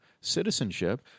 citizenship